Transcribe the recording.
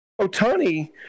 Otani